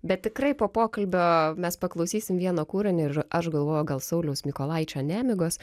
bet tikrai po pokalbio mes paklausysim vieną kūrinį ir aš galvoju gal sauliaus mykolaičio nemigos